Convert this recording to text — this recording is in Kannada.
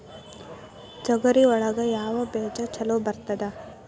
ತೊಗರಿ ಒಳಗ ಯಾವ ಬೇಜ ಛಲೋ ಬರ್ತದ?